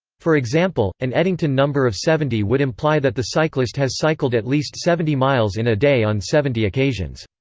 for example, an eddington number of seventy would imply that the cyclist has cycled at least seventy miles in a day on seventy occasions.